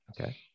Okay